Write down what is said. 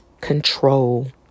control